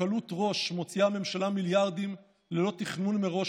קלות ראש מוציאה הממשלה מיליארדים ללא תכנון מראש,